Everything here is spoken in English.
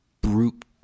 brute